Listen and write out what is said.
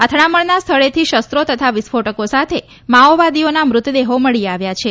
અથડામણના સ્થળેથી શસ્ત્રો તથા વિસ્ફોટકો સાથે માઓવાદીઓના મ્રતદેહો મળી આવ્યા છે